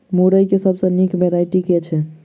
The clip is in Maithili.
मुरई केँ सबसँ निक वैरायटी केँ छै?